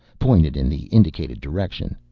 pointed in the indicated direction.